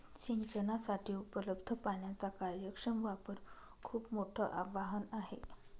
सिंचनासाठी उपलब्ध पाण्याचा कार्यक्षम वापर खूप मोठं आवाहन आहे